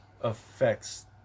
affects